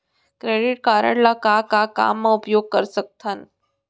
Credit card ला का का मा उपयोग कर सकथन?